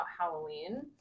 halloween